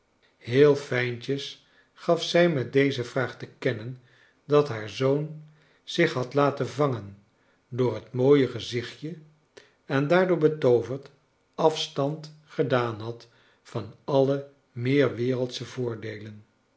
heel fijntjes gaf zij met deze vraag te kennen dat haar zoon zich had laten vangen door het mooie gezichtje en daardoor betooverd afstand gedaan had van alle meer wereldsche voordeelen